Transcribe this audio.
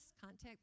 Contact